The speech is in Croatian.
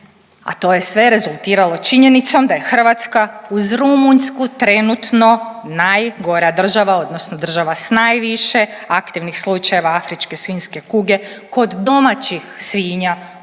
A to je sve rezultiralo činjenom da je Hrvatska uz Rumunjsku trenutno najgora država odnosno država s najviše aktivnih slučajeva afričke svinjske kuge kod domaćih svinja unutar